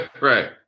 Right